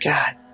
God